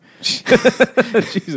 Jesus